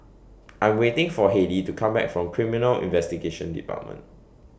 I'm waiting For Halie to Come Back from Criminal Investigation department